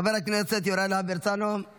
חבר הכנסת יוראי להב הרצנו,